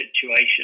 situation